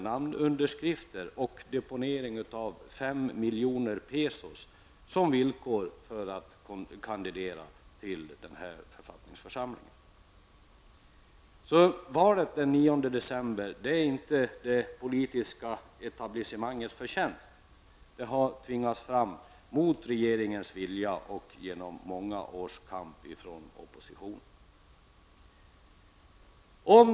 namnunderskrifter och deponering av 5 miljoner pesos som villkor för att man skall få kandidera till författningsförsamlingen. Valet den 9 december är alltså inte det politiska etablissemangets förtjänst, utan det har tvingats fram mot regeringens vilja och genom många års kamp från oppositionen.